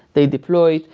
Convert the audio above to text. they deploy.